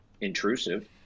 intrusive